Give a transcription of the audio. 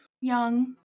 young